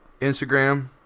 Instagram